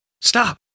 stop